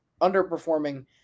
underperforming